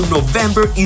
November